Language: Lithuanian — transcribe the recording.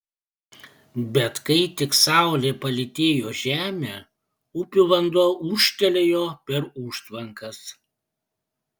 bet kai tik saulė palytėjo žemę upių vanduo ūžtelėjo per užtvankas